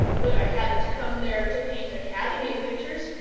but i hadn't come there to paint academy pictures,